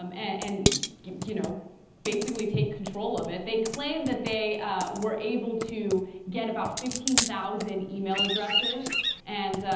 um and didn't you know basically take control of it they claim that they are were able to get about fifteen thousand email addresses and ah.